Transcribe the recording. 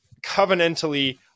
covenantally